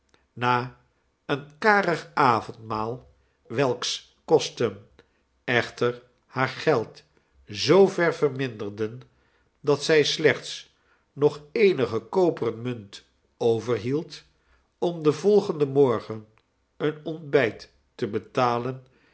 na een karig avondmaal welks kosten eehter haar geld zoover verminderden dat zij slechts nog eenige koperen munt overhield om den volgenden morgen een ontbijt te betalen